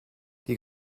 die